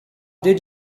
did